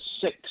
six